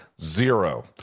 Zero